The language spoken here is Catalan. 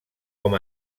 com